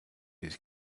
his